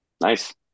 Nice